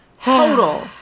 Total